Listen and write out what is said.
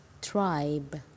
tribe